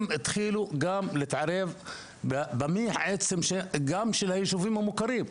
הם התחילו גם להתערב גם בישובים המוכרים.